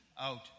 out